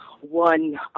one